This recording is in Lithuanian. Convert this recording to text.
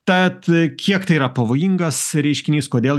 tad kiek tai yra pavojingas reiškinys kodėl